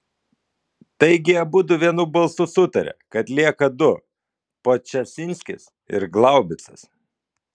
taigi abudu vienu balsu sutarė kad lieka du podčašinskis ir glaubicas